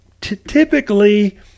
Typically